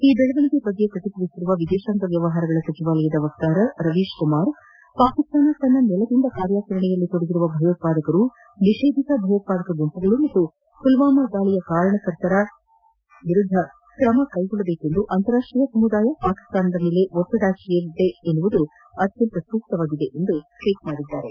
ಈ ದೆಳವಣಿಗೆಯ ಬಗ್ಗೆ ಪ್ರತಿಕ್ರಿಯಿಸಿರುವ ವಿದೇಶಾಂಗ ವ್ವವಹಾರಗಳ ಸಚಿವಾಲಯದ ವಕ್ತಾರ ರವೀಶ್ ಕುಮಾರ್ ಪಾಕಿಸ್ತಾನ ತನ್ನ ನೆಲದಿಂದ ಕಾರ್ಯಾಚರಣೆಯಲ್ಲಿ ತೊಡಗಿರುವ ಭಯೋತ್ಪಾದಕರು ನಿಷೇಧಿತ ಭಯೋತ್ಪಾದಕ ಗುಂಪುಗಳು ಹಾಗೂ ಪುಲ್ವಾಮಾ ದಾಳಿಯ ಕಾರಣಕರ್ತರ ವಿರುದ್ದ ಕ್ರಮ ಕೈಗೊಳ್ಳಬೇಕೆಂದು ಅಂತಾರಾಷ್ವೀಯ ಸಮುದಾಯ ಪಾಕಿಸ್ತಾನದ ಮೇಲೆ ಒತ್ತಡ ಹೇರಿರುವುದು ಅತ್ಯಂತ ಸೂಕ್ತವಾಗಿದೆ ಎಂದು ಟ್ವೀಟ್ ಮಾಡಿದ್ದಾರೆ